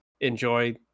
enjoy